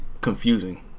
confusing